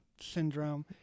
syndrome